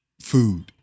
Food